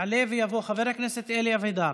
יעלה ויבוא חבר הכנסת אלי אבידר.